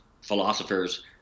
philosophers